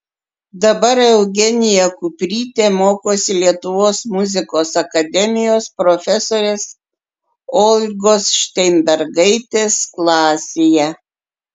dabar eugenija kuprytė mokosi lietuvos muzikos akademijos profesorės olgos šteinbergaitės klasėje